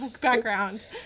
background